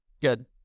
Good